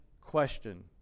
question